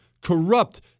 corrupt